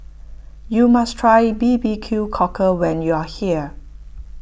you must try B B Q Cockle when you are here